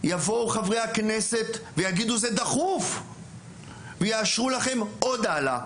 וחברי הכנסת יגידו שזה דחוף ויאשרו לכם עוד העלאה,